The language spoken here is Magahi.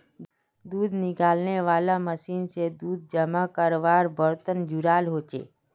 दूध निकालनेवाला मशीन से दूध जमा कारवार बर्तन जुराल होचे